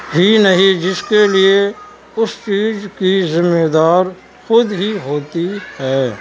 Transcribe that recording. ہی نہیں جس کے لیے اس چیز کی ذمہ دار خود ہی ہوتی ہے